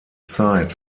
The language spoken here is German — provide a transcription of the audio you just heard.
zeit